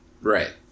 Right